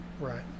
right